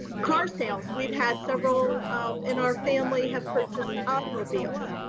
car sales, we've had several um in our family have purchased automobiles.